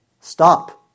Stop